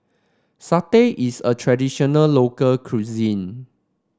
satay is a traditional local cuisine